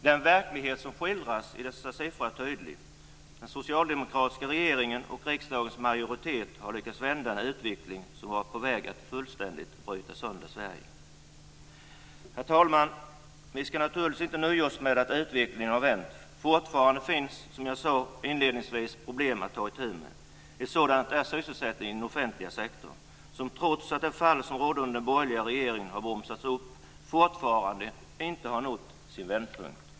Den verklighet som skildras i dessa siffror är tydlig: Den socialdemokratiska regeringen och riksdagens majoritet har lyckats vända en utveckling som var på väg att fullständigt bryta sönder Sverige. Herr talman! Vi skall naturligtvis inte nöja oss med att utvecklingen har vänt. Fortfarande finns det, som jag inledningsvis sade, problem att ta itu med. Ett sådant problem är sysselsättningen i den offentliga sektorn, som - trots att fallet under den borgerliga regeringen bromsats upp - fortfarande inte har nått vändpunkten.